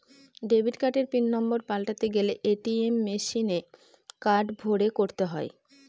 debit কার্ডের pin number পাল্টাতে গেলে এ.টি.এম মেশিনে কার্ড ভোরে করতে হয়